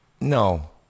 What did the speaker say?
No